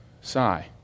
sigh